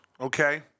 okay